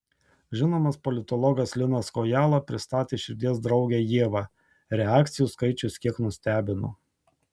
žinomas politologas linas kojala pristatė širdies draugę ievą reakcijų skaičius kiek nustebino